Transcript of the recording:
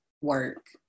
work